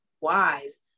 wise